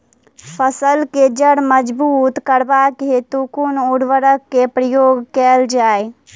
फसल केँ जड़ मजबूत करबाक हेतु कुन उर्वरक केँ प्रयोग कैल जाय?